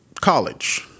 college